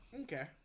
Okay